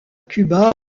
cuba